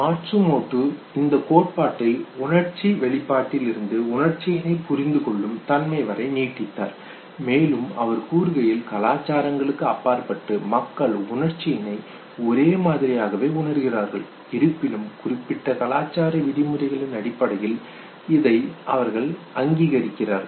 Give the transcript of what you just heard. Matsumoto இந்த கோட்பாட்டை உணர்ச்சி வெளிப்பாட்டிலிருந்து உணர்ச்சியினை புரிந்து கொள்ளும் தன்மை வரை நீட்டித்தார் மேலும் அவர் கூறுகையில் கலாச்சாரங்களுக்கு அப்பாற்பட்டு மக்கள் உணர்ச்சியினை ஒரே மாதிரியாகவே உணர்கிறார்கள் இருப்பினும் குறிப்பிட்ட கலாச்சார விதிமுறைகளின் அடிப்படையில் இதை அவர்கள் அங்கிகரிக்கிறார்கள்